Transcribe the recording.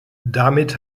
damit